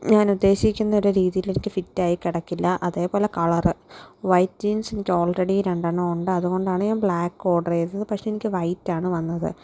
ഞാൻ ഉദ്ദേശിക്കുന്ന ഒരു രീതിയിൽ എനിക്ക് ഫിറ്റ് ആയി കിടക്കില്ല അതേപോലെ കളർ വൈറ്റ് ജീൻസ് എനിക്ക് ഓൾറെഡി രണ്ടെണ്ണം ഉണ്ട് അതുകൊണ്ടാണ് ഞാൻ ബ്ലാക്ക് ഓർഡർ ചെയ്തത് പക്ഷേ എനിക്ക് വൈറ്റ് ആണ് വന്നത്